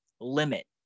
limit